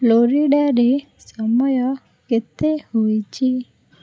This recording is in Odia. ଫ୍ଲୋରିଡ଼ାରେ ସମୟ କେତେ ହୋଇଛି